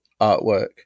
artwork